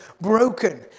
broken